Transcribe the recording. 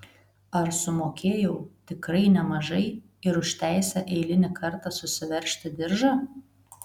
ar sumokėjau tikrai nemažai ir už teisę eilinį kartą susiveržti diržą